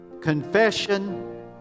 confession